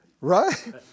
Right